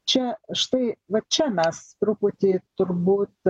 čia štai va čia mes truputį turbūt